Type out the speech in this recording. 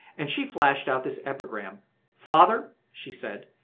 and she flashed out this epigram father, she said,